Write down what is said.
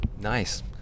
Nice